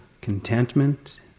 contentment